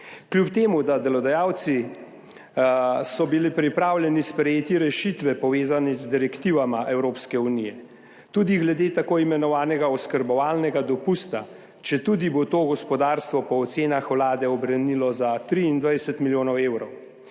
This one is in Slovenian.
Kljub temu, da so bili delodajalci pripravljeni sprejeti rešitve, povezane z direktivama Evropske unije, tudi glede tako imenovanega oskrbovalnega dopusta, četudi bo to gospodarstvo po ocenah Vlade ubranilo za 23 milijonov evrov,